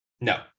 No